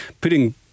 putting